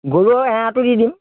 গৰুৰ এঁৱাটো দি দিম